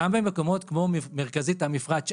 גם במקומות כמו מרכזית המפרץ,